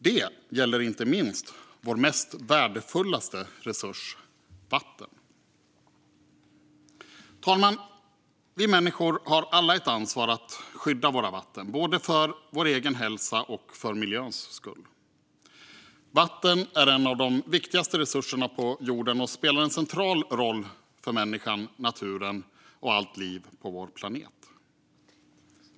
Det gäller inte minst vår mest värdefulla resurs, nämligen vattnet. Fru talman! Vi människor har alla ett ansvar att skydda våra vatten, både för vår egen hälsas och för miljöns skull. Vatten är en av de viktigaste resurserna på jorden och spelar en central för människan, naturen och allt liv på vår planet.